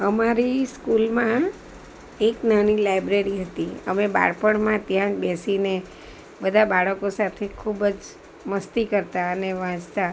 અમારી સ્કૂલમાં એક નાની લાઇબ્રેરી હતી અમે બાળપણમાં ત્યાં જ બેસીને બધા બાળકો સાથે ખૂબ જ મસ્તી કરતાં અને વાંચતાં